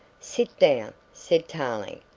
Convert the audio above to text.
sit down, said tarling,